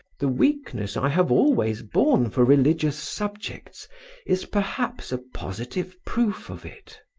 the weakness i have always borne for religious subjects is perhaps a positive proof of it.